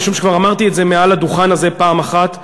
משום שכבר אמרתי את זה מהדוכן הזה פעם אחת,